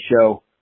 show